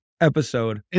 episode